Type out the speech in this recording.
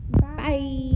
Bye